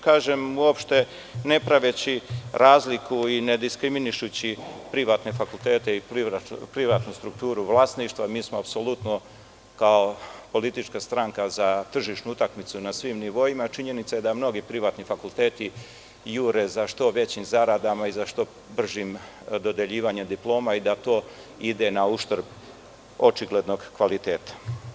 Kažem uopšte ne praveći razliku i nediskriminišući privatne fakultete i privatnu strukturu vlasništva, kao politička stranka smo apsolutno za tržišnu utakmicu na svim nivoima, ali činjenica je da mnogi privatni fakulteti jure za što većim zaradama i što bržim dodeljivanjem diploma i da to ide na uštrb očiglednog kvaliteta.